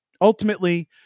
ultimately